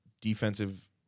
defensive